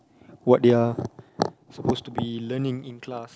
what they are supposed to be learning in class